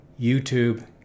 YouTube